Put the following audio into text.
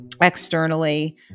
externally